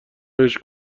بهش